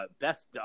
best